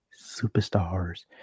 superstars